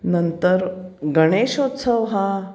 नंतर गणेशोत्सव हा